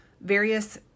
various